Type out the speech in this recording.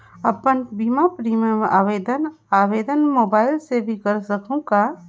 अपन बीमा प्रीमियम आवेदन आवेदन मोबाइल से कर सकहुं का?